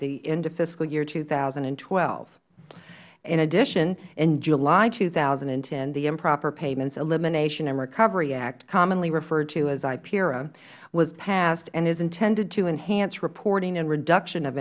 the end of fiscal year two thousand and twelve in addition in july two thousand and ten the improper payments elimination and recovery act commonly referred to as ipera was passed and is intended to enhance reporting and reduction of